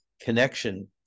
connection